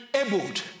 enabled